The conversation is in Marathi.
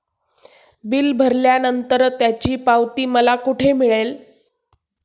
बिल भरल्यानंतर त्याची पावती मला कुठे मिळेल?